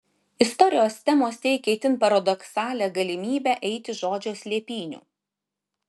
istorijos temos teikė itin paradoksalią galimybę eiti žodžio slėpynių